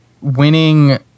winning